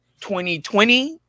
2020